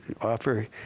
offer